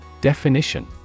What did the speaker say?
Definition